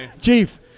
Chief